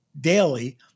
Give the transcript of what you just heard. daily